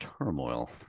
turmoil